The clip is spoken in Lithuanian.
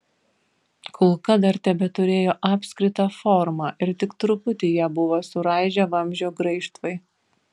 kulka dar tebeturėjo apskritą formą ir tik truputį ją buvo suraižę vamzdžio graižtvai